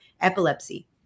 epilepsy